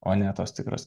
o ne tos tikros